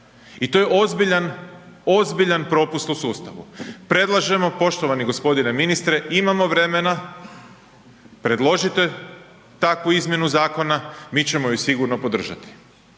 ozbiljan, ozbiljan propust u sustavu. Predlažemo poštovani g. ministre, imamo vremena, predložite takvu izmjenu zakona, mi ćemo ju sigurno podržati.